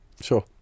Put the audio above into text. Sure